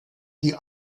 die